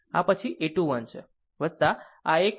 આ તે પછી a 2 1 છે આ એક આ એક